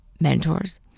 mentors